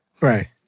Right